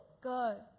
Go